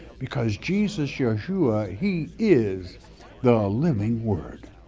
because jesus, yeshua, he is the living word.